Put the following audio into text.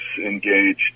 engaged